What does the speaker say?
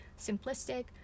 simplistic